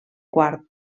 quart